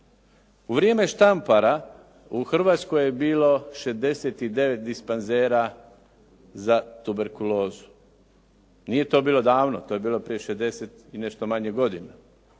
U vrijeme Štampara u Hrvatskoj je bilo 69 dispanzera za tuberkulozu. Nije to bilo davno. To je bilo prije 60 i nešto manje godina.